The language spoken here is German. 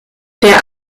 der